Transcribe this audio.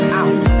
out